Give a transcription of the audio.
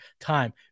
time